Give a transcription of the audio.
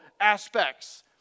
aspects